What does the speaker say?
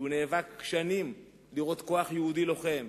שנאבק שנים לראות כוח יהודי לוחם.